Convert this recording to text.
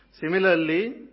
Similarly